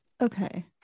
Okay